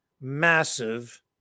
massive